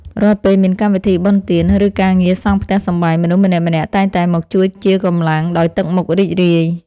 រាល់ពេលមានកម្មវិធីបុណ្យទាន ឬការងារសង់ផ្ទះសម្បែង មនុស្សម្នាក់ៗតែងតែមកជួយជាកម្លាំងដោយទឹកមុខរីករាយ។